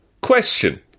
Question